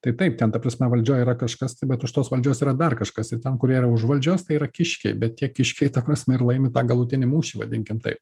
tai taip ten ta prasme valdžioj yra kažkas tai bet už tos valdžios yra dar kažkas ir ten kurie yra už valdžios tai yra kiškiai bet tie kiškiai ta prasme ir laimi tą galutinį mūšį vadinkim taip